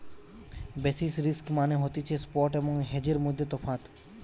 basis risk মানে হতিছে spot এবং হেজের মধ্যে তফাৎ